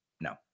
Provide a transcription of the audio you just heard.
no